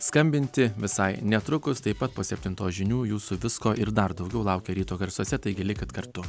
skambinti visai netrukus taip pat po septintos žinių jūsų visko ir dar daugiau laukia ryto garsuose taigi likit kartu